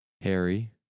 Harry